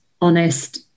honest